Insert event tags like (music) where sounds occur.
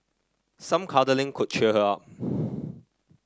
some cuddling could cheer her up (noise)